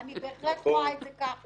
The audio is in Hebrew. -- אני בהחלט רואה את זה כך,